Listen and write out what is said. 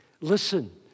Listen